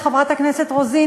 חברת הכנסת רוזין,